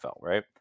right